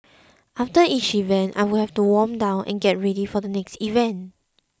after each event I would have to warm down and get ready for the next event